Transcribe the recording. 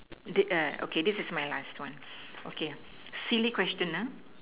the err okay this is my last one okay silly question nah